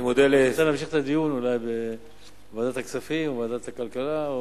אפשר להמשיך את הדיון בוועדת הכספים או בוועדת הכלכלה.